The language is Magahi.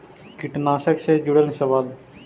कीटनाशक से जुड़ल सवाल?